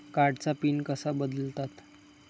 कार्डचा पिन कसा बदलतात?